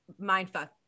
mindfuck